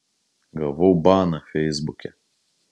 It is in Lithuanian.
gavau baną feisbuke